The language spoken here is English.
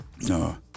No